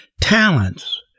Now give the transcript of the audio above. talents